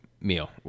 meal